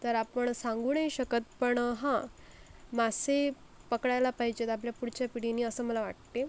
तर आपण सांगू नाही शकत पण हा मासे पकडायला पाहिजेत आपल्या पुढच्या पिढीनी असं मला वाटते